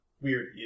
weird